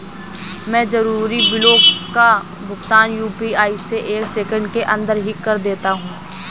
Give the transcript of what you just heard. मैं जरूरी बिलों का भुगतान यू.पी.आई से एक सेकेंड के अंदर ही कर देता हूं